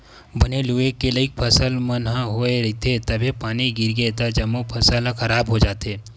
बने लूए के लइक फसल मन ह होए रहिथे तभे पानी गिरगे त जम्मो फसल ह खराब हो जाथे